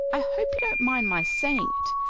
i hope you don't mind my saying it,